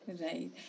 right